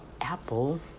Apple